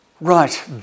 Right